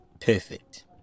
perfect